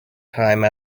time